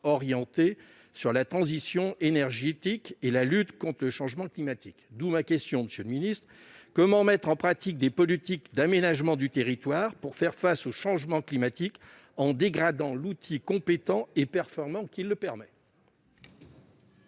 orienté vers la transition énergétique et la lutte contre le changement climatique, d'où ma question : comment mettre en pratique des politiques d'aménagement du territoire pour faire face au changement climatique en dégradant l'outil compétent et performant qui le permet ?